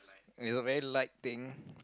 is a very light thing